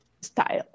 style